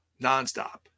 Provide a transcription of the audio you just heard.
nonstop